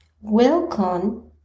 welcome